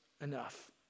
enough